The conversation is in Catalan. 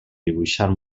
dibuixant